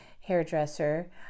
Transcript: hairdresser